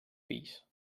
fills